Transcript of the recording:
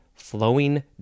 flowing